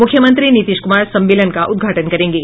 मुख्यमंत्री नीतीश कुमार सम्मेलन का उद्घाटन करेंगे